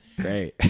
Great